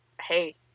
hey